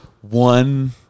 one